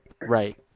Right